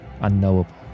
unknowable